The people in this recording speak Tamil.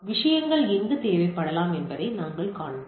விஷயங்கள் எங்கு தேவைப்படலாம் என்பதை நாங்கள் கண்டோம்